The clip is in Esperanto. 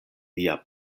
via